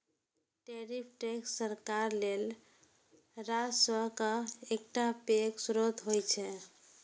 tariff tax सरकार लेल राजस्वक एकटा पैघ स्रोत होइ छै